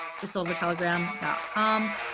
thesilvertelegram.com